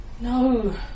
No